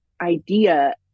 idea